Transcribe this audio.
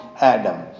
Adam